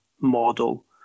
model